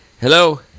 Hello